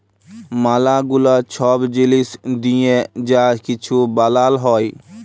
ম্যালা গুলা ছব জিলিস দিঁয়ে যা কিছু বালাল হ্যয়